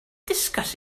discuss